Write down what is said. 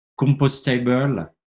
compostable